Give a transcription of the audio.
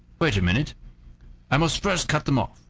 wait a minute i must first cut them off.